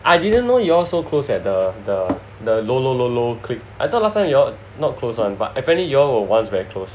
I didn't know you all so closed at the the the low low low low clique I thought last time you all not close one but apparently you all were once very close